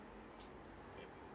yup